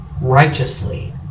Righteously